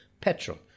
petrol